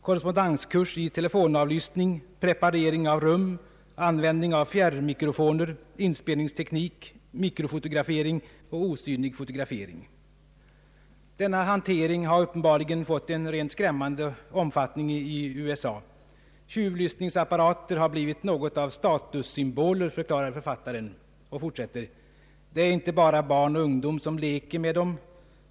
Korrespondenskurs i telefonavlyssning, preparering av rum, användning av fjärrmikrofoner, inspelningsteknik, mikrofotografering och osynlig fotografering.” Denna hantering har uppenbarligen fått en rent skrämmande omfattning i USA. Tjuvlyssningsapparater har blivit något av statussymboler, förklarar författaren, och fortsätter: ”Det är inte bara barn och ungdom som leker med dem.